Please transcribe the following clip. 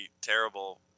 terrible